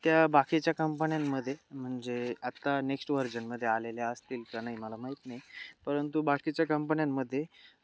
त्या बाकीच्या कंपन्यांमध्ये म्हणजे आत्ता नेक्स्ट व्हर्जनमध्ये आलेल्या असतील का नाही मला माहीत नाही परंतु बाकीच्या कंपन्यांमध्ये